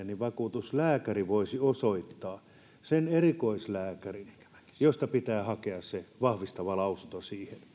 niin vakuutuslääkäri voisi osoittaa sen erikoislääkärin jolta pitää hakea vahvistava lausunto